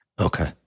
Okay